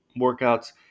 workouts